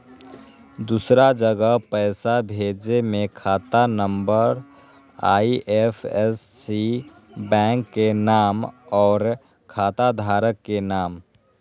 दूसरा जगह पईसा भेजे में खाता नं, आई.एफ.एस.सी, बैंक के नाम, और खाता धारक के नाम?